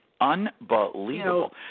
unbelievable